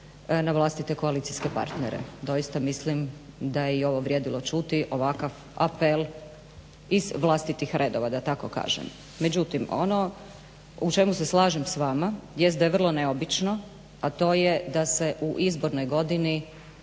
na vlastite koalicijske partnere. Doista mislim da je ovo vrijedilo čuti, ovakav apel iz vlastitih redova da tako kažem. Međutim ono u čemu se slažem s vama jest da je vrlo neobično a to je da se u izbornoj godini